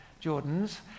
Jordan's